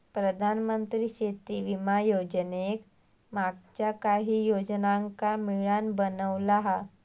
प्रधानमंत्री शेती विमा योजनेक मागच्या काहि योजनांका मिळान बनवला हा